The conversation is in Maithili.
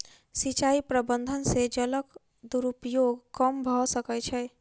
सिचाई प्रबंधन से जलक दुरूपयोग कम भअ सकै छै